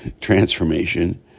transformation